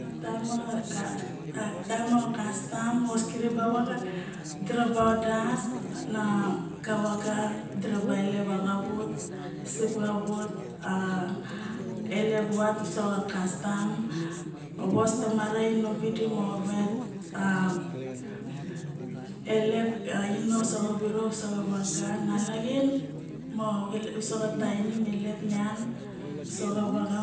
Ma taem moxa kastam yos kirip ka vaga diraba vadas naxa vaga diraba ai lep a xavut a elep vat uso xa kastam vo tomake ne inom pidi mo vet. Elep ino soxa virok usoxa vaga, nala xin mo van soxa tainim moxo elep nian soxa virok